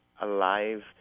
alive